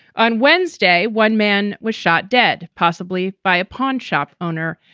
on wednesday, one man was shot dead, possibly by a pawn shop owner.